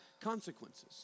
consequences